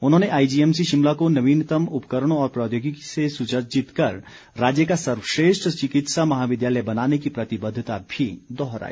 उन्होंने आईजीएमसी शिमला को नवीनतम उपकरणों और प्रौद्योगिकी से सुसज्जित कर राज्य का सर्वश्रेष्ठ चिकित्सा महाविद्यालय बनाने की प्रतिबद्धता मी दोहराई